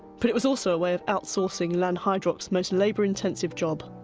but it was also a way of out-sourcing lanhydrock's most labour-intensive job,